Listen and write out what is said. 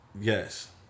yes